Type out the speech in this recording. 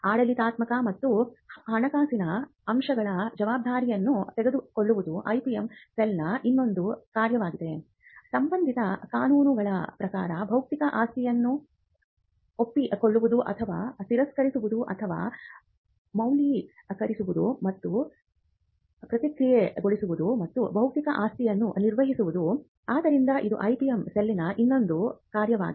ಆಡಳಿತಾತ್ಮಕ ಮತ್ತು ಹಣಕಾಸಿನ ಅಂಶಗಳ ಜವಾಬ್ದಾರಿಯನ್ನು ತೆಗೆದುಕೊಳ್ಳುವುದು ಐಪಿಎಂ ಸೆಲ್ನ ಇನ್ನೊಂದು ಕಾರ್ಯವಾಗಿದೆ ಸಂಬಂಧಿತ ಕಾನೂನುಗಳ ಪ್ರಕಾರ ಬೌದ್ಧಿಕ ಆಸ್ತಿಯನ್ನು ಒಪ್ಪಿಕೊಳ್ಳುವುದು ಅಥವಾ ತಿರಸ್ಕರಿಸುವುದು ಅಥವಾ ಮೌಲ್ಯೀಕರಿಸುವುದು ಮತ್ತು ಪ್ರಕ್ರಿಯೆಗೊಳಿಸುವುದು ಮತ್ತು ಬೌದ್ಧಿಕ ಆಸ್ತಿಯನ್ನು ನಿರ್ವಹಿಸುವುದು ಆದ್ದರಿಂದ ಇದು ಐಪಿಎಂ ಸೆಲ್ನ ಇನ್ನೊಂದು ಕಾರ್ಯವಾಗಿದೆ